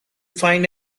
find